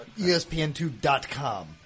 ESPN2.com